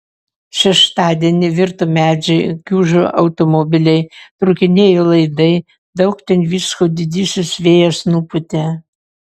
šeštadienį virto medžiai kiužo automobiliai trūkinėjo laidai daug ten visko didysis vėjas nupūtė